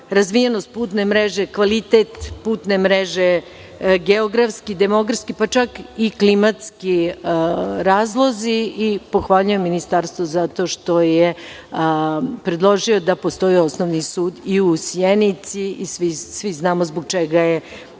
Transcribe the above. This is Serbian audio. razvijenost putne mreže, kvalitet putne mreže, geografski, demografski, pa čak i klimatski razlozi. Pohvaljujem Ministarstvo zato što je predložilo da postoji osnovni sud i u Sjenici i svi znamo zbog čega je